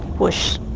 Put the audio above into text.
whoosh